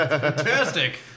Fantastic